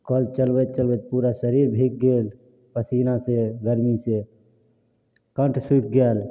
कल चलबैत चलबैत पूरा शरीर भीग गेल पसीनासँ गर्मीसँ कण्ठ सुखि गेल